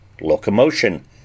locomotion